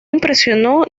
impresionó